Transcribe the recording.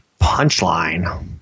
punchline